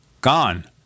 gone